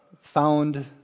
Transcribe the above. found